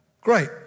great